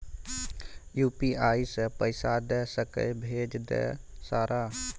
UPI से पैसा दे सके भेज दे सारा?